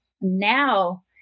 now